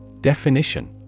Definition